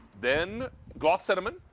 then gloss cinnamon,